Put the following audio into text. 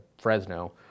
Fresno